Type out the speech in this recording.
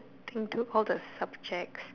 think too all the subjects